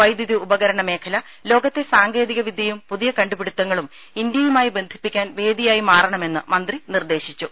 വൈദ്യുതി ഉപകരണമേഖല ലോകത്തെ സാങ്കേ തിക വിദ്യയും പുതിയ കണ്ടുപിടുത്തങ്ങളും ഇന്ത്യയുമായി ബന്ധിപ്പിക്കാൻ വേദിയായി മാറണമെന്ന് മന്ത്രി നിർദ്ദേശിച്ചു